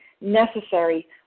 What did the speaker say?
necessary